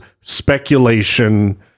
speculation